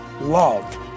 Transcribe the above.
love